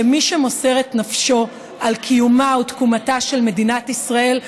שמי שמוסר את נפשו על קיומה או תקומתה של מדינת ישראל,